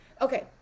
Okay